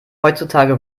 heutzutage